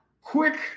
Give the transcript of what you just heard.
quick